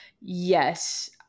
Yes